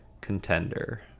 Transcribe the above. contender